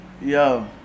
Yo